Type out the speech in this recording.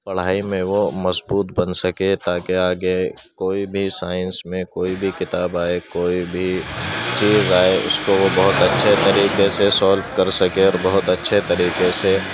پڑھائی میں وہ مضبوط بن سکیں تاکہ آگے کوئی بھی سائنس میں کوئی بھی کتاب آئے کوئی بھی چیز آئے اس کو وہ بہت اچھے طریقے سے سولو کر سکیں اور بہت اچھے طریقے سے